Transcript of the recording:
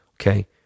okay